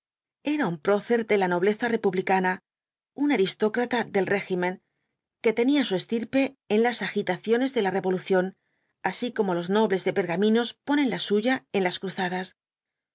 era un procer de la nobleza republicana un aristócrata del régimen que tenía su estirpe en las agitaciones de la revolución así como los nobles de pergaminos ponen la suya en las cruzadas